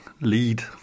lead